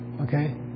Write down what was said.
Okay